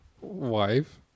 wife